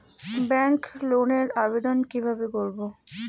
Bank লোনের আবেদন কি কিভাবে করব?